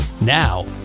now